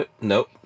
Nope